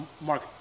Mark